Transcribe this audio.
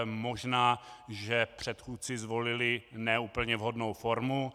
Možná že předchůdci zvolili ne úplně vhodnou formu.